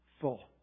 full